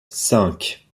cinq